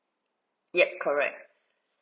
yup correct